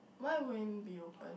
why would it be open